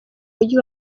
mujyi